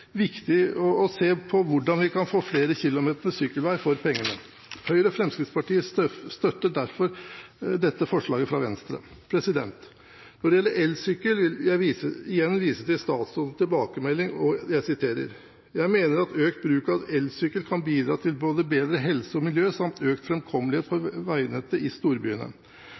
viktig å se på hvordan vi kan få flere kilometer med sykkelvei for pengene. Høyre og Fremskrittspartiet støtter derfor dette forslaget fra Venstre. Når det gjelder elsykkel, vil jeg igjen vise til statsrådens tilbakemelding, og jeg siterer: «Jeg mener at økt bruk av elsykkel kan bidra til både bedre helse og miljø samt økt framkommelighet på